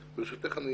אומנם אני